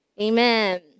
Amen